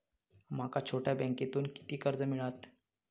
माका छोट्या बँकेतून किती कर्ज मिळात?